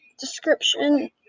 description